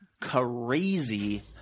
crazy